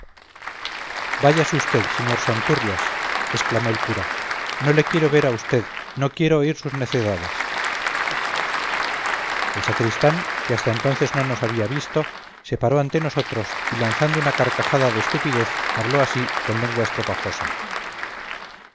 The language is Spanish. váyase vd sr santurrias exclamó el cura no le quiero ver a vd no quiero oír sus necedades el sacristán que hasta entonces no nos había visto se paró ante nosotros y lanzando una carcajada de estupidez habló así con lengua estropajosa